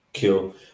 Cool